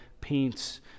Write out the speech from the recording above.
paints